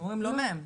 הם אומרים שלא מהם.